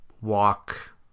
walk